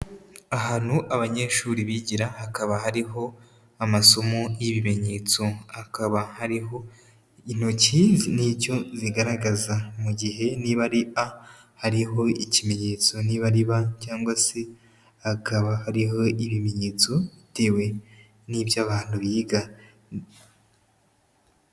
Ahantu abanyeshuri bigira hakaba hariho amasomo y'ibimenyetso, hakaba hariho intoki n'icyo zigaragaza mu gihe niba ari a hariho ikimenyetso, niba ari ba cyangwa se hakaba hariho ibimenyetso bitewe n'ibyo abantu biga.